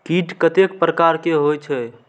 कीट कतेक प्रकार के होई छै?